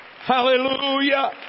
Hallelujah